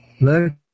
Look